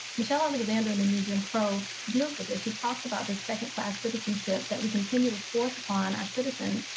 michelle alexander, in the new jim crow deals with this. she talks about the second class citizenship that we continue to force upon our citizens.